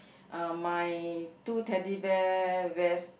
uh my two Teddy Bear wears